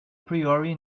priori